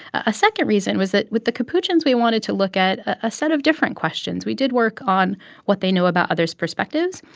a second reason was that with the capuchins, we wanted to look at a set of different questions. we did work on what they knew about others' perspectives,